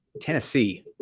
Tennessee